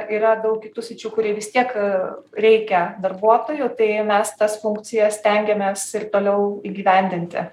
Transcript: yra daug kitų sričių kuriai vis tiek reikia darbuotojų tai mes tas funkcijas stengiamės ir toliau įgyvendinti